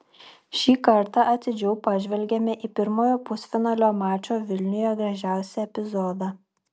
šį kartą atidžiau pažvelgėme į pirmojo pusfinalio mačo vilniuje gražiausią epizodą